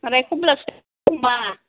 आरे खमला फिथाइखौ हमा